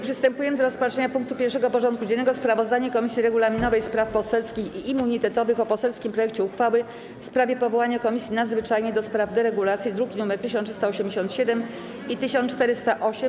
Przystępujemy do rozpatrzenia punktu 1. porządku dziennego: Sprawozdanie Komisji Regulaminowej, Spraw Poselskich i Immunitetowych o poselskim projekcie uchwały w sprawie powołania Komisji Nadzwyczajnej do spraw deregulacji (druki nr 1387 i 1408)